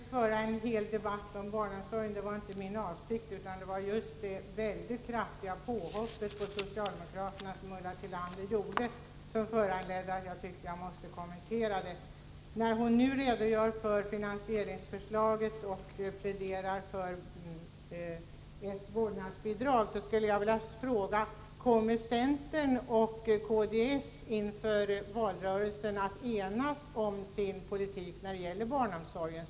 Herr talman! Vi skall inte ha en debatt enbart om barnomsorgen. Det var inte min avsikt. Det var i stället Ulla Tillanders väldigt kraftiga påhopp på socialdemokraterna som föranledde mig att kommentera detta. Här redogör hon för finansieringsförslaget och pläderar för ett vårdnadsbidrag. Då skulle jag vilja fråga: Kommer centern och kds inför valrörelsen att enas om en gemensam politik när det gäller barnomsorgen?